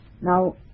Now